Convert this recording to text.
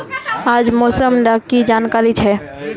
आज मौसम डा की जानकारी छै?